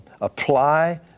apply